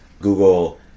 Google